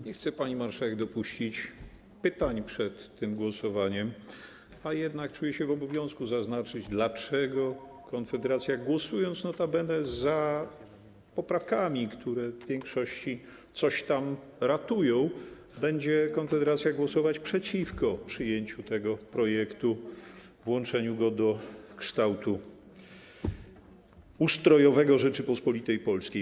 Nie chce pani marszałek dopuścić pytań przed tym głosowaniem, a jednak czuję się w obowiązku zaznaczyć, dlaczego Konfederacja, głosując notabene za poprawkami, które w większości coś tam ratują, będzie głosować przeciwko przyjęciu tego projektu, włączeniu go do kształtu ustrojowego Rzeczypospolitej Polskiej.